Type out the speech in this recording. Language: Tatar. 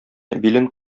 билен